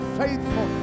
faithful